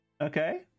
Okay